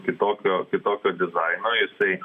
kitokio kitokio dizaino jisai